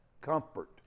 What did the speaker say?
comfort